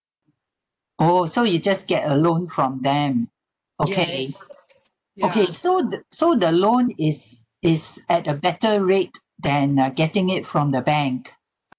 oh so you just get a loan from them okay okay so the so the loan is is at a better rate than uh getting it from the bank